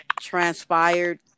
transpired